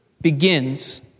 begins